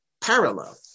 parallel